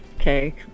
Okay